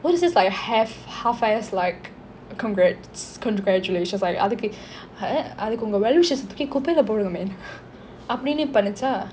what is this like half half ass like congrat~ congratulations like அதுக்கு அதுக்கு உங்க:athukku athukku unga well wishes eh தூக்கி குப்பையில போடுங்க:thookki kuppaile podunga